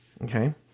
okay